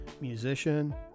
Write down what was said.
musician